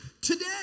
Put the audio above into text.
today